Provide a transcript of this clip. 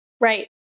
Right